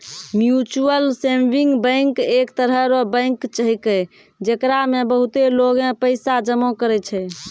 mutual saving bank एक तरह रो बैंक छैकै, जेकरा मे बहुते लोगें पैसा जमा करै छै